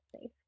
safe